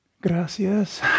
Gracias